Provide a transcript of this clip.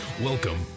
Welcome